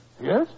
Yes